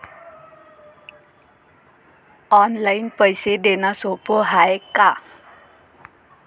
Online पैसे देण सोप हाय का?